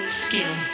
skill